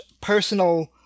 personal